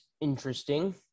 interesting